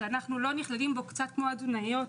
שאנחנו לא נכללים בו קצת כמו התזונאיות,